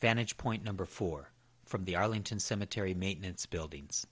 vantage point number four from the arlington cemetery maintenance buildings